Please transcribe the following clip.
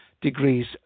degrees